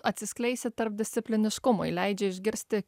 atsiskleisti tarpdiscipliniškumui leidžia išgirsti